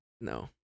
no